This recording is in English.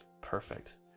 perfect